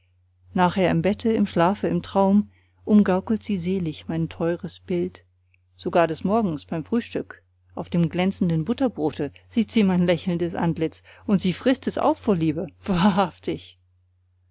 nachher im bette im schlafe im traum umgaukelt sie selig mein teures bild sogar des morgens beim frühstück auf dem glänzenden butterbrote sieht sie mein lächelndes antlitz und sie frißt es auf vor liebe wahrhaftig